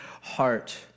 heart